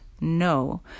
No